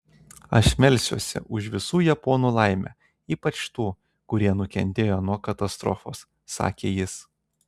aš melsiuosi už visų japonų laimę ypač tų kurie nukentėjo nuo katastrofos sakė jis